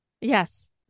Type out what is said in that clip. Yes